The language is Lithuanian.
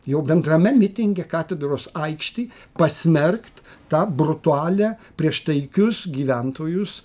jau bendrame mitinge katedros aikštėj pasmerkt tą brutualią prieš taikius gyventojus